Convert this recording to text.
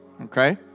Okay